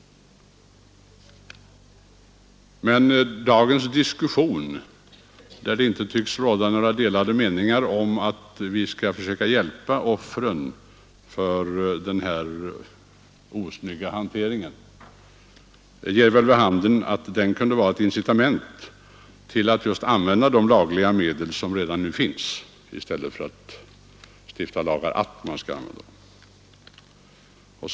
Men dagens diskussion, där det inte tycks råda några delade meningar om att vi skall försöka hjälpa offren för den osnygga hantering knarklangningen är, ger vid handen att den kunde vara ett incitament till att just använda de lagliga medel som redan finns i stället för att stifta ytterligare lagar på detta område.